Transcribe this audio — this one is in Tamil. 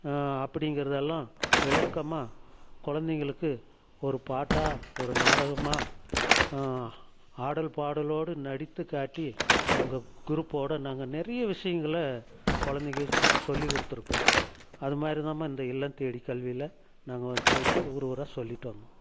அப்படிங்கறதெல்லாம் விளக்கமாக குழந்தைங்களுக்கு ஒரு பாட்டா ஒரு நாடகமா ஆடல் பாடலோடு நடித்து காட்டி எங்கள் குரூப்போட நாங்கள் நிறைய விஷயங்கள குழந்தைங்களுக்கு சொல்லிக் கொடுத்துருக்கோம் அது மாதிரிதாம்மா இந்த இல்லம் தேடி கல்வியில் நாங்கள் போயிட்டு ஊர் ஊரா சொல்லிட்டு வந்தோம்